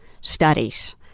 studies